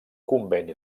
conveni